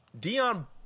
Dion